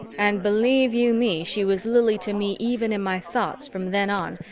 and believe you me, she was lili to me even in my thoughts from then on,